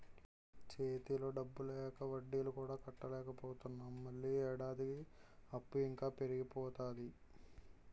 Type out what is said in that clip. చేతిలో డబ్బు లేక వడ్డీలు కూడా కట్టలేకపోతున్నాము మళ్ళీ ఏడాదికి అప్పు ఇంకా పెరిగిపోతాది